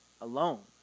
alone